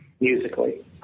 musically